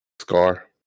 Scar